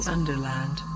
Underland